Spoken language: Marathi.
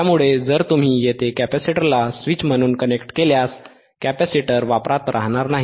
त्यामुळे जर तुम्ही येथे कॅपेसिटरला स्विच म्हणून कनेक्ट केल्यास कॅपेसिटर वापरात राहणार नाही